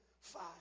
five